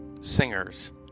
singers